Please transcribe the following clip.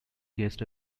guest